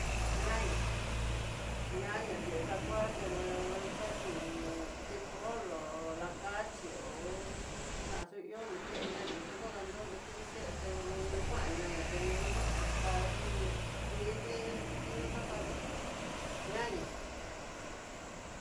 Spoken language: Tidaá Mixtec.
Ñaña, ñaña kexakuaté xanio tikólo, lakaxhió na xu ihó no kenña nrexan nrada nroyó tinokete oño kuaña na teño'o nrakati niti kitiño nraxati ñaña.